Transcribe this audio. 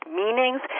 meanings